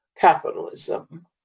capitalism